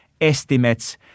estimates